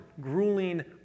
grueling